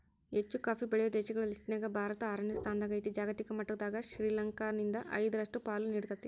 ಹೆಚ್ಚುಕಾಫಿ ಬೆಳೆಯೋ ದೇಶಗಳ ಲಿಸ್ಟನ್ಯಾಗ ಭಾರತ ಆರನೇ ಸ್ಥಾನದಾಗೇತಿ, ಜಾಗತಿಕ ಮಟ್ಟದಾಗ ಶೇನಾಲ್ಕ್ರಿಂದ ಐದರಷ್ಟು ಪಾಲು ನೇಡ್ತೇತಿ